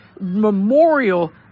memorial